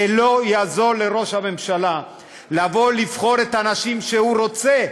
זה לא יעזור לראש הממשלה לבוא ולבחור את האנשים שהוא רוצה,